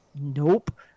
Nope